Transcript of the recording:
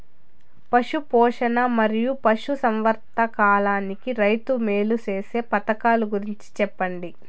పశు పోషణ మరియు పశు సంవర్థకానికి రైతుకు మేలు సేసే పథకాలు గురించి చెప్పండి?